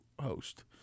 host